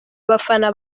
abafana